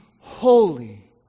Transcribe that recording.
holy